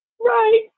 right